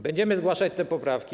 Będziemy zgłaszać te poprawki.